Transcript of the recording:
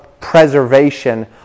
Preservation